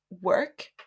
work